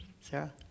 Sarah